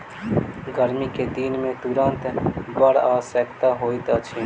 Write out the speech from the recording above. गर्मी के दिन में तूरक बड़ आवश्यकता होइत अछि